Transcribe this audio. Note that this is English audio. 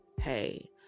hey